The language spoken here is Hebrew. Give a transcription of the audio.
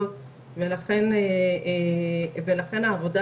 היא איכות העבודה